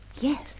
Yes